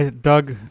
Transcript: Doug